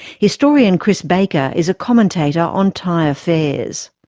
historian chris baker is a commentator on thai affairs.